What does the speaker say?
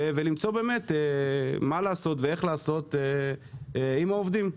ולמצוא מה ואיך לעשות עם העובדים.